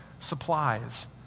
supplies